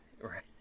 Right